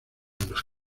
los